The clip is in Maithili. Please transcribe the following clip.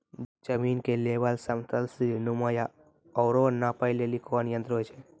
जमीन के लेवल समतल सीढी नुमा या औरो नापै लेली कोन यंत्र होय छै?